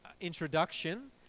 introduction